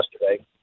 yesterday